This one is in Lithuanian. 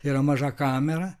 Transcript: tai yra maža kamera